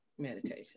medication